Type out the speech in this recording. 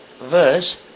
verse